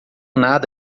nada